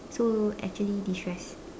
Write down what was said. so actually destress